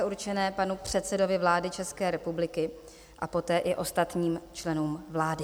určené panu předsedovi vlády České republiky a poté i ostatním členům vlády.